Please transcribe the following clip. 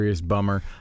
bummer